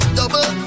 double